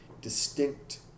distinct